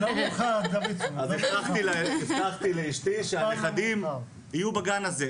אז הבטחתי לאשתי שהנכדים יהיו בגן הזה.